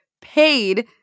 paid